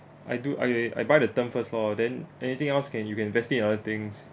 I do I I buy the term first lor then anything else can you can invest it in other things